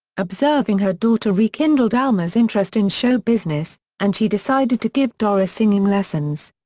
observing her daughter rekindled alma's interest in show business, and she decided to give doris singing lessons.